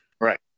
Right